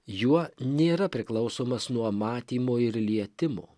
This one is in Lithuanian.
juo nėra priklausomas nuo matymo ir lietimo